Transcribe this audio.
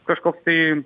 kažkoks tai